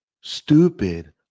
stupid